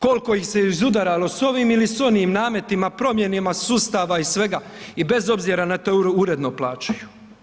Koliko ih se izudaralo s ovim ili onim nametima, promjenama sustava i svega i bez obzira na to uredno plaćaju.